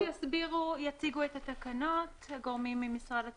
שיציגו את התקנות הגורמים ממשרד התחבורה,